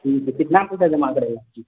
ठीक कितना पैसा जमा करयके रहय